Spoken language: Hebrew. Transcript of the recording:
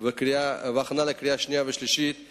להכנה לקריאה שנייה ולקריאה שלישית,